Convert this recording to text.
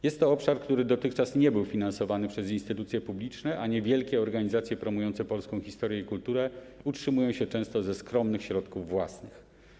Jest to obszar, który dotychczas nie był finansowany przez instytucje publiczne, a niewielkie organizacje promujące polską historię i kulturę utrzymują się często ze skromnych środków własnych.